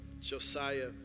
Josiah